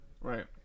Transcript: Right